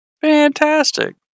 Fantastic